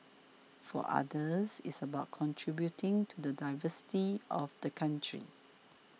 for others it's about contributing to the diversity of the country